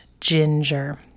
ginger